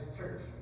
church